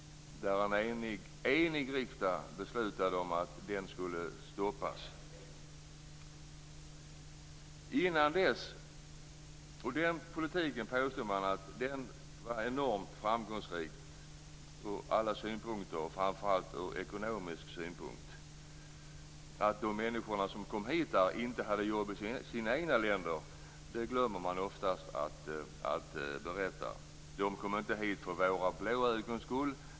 En enig riksdag beslutade att den skulle stoppas. Man påstod att den politiken var framgångsrik ur ekonomisk synpunkt. Men man glömde oftast att berätta att de som kom hit inte hade jobb i sina egna länder. De kom inte hit för våra blå ögons skull.